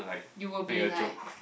you were be like